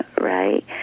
right